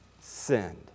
sinned